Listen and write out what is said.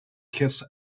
kiss